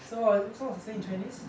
so what was what's the saying in chinese